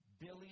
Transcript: Billy